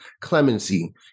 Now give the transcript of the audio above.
clemency